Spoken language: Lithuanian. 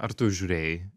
ar tu žiūrėjai